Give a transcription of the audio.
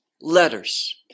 Letters